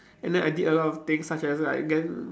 and then I did a lot of things such as like get~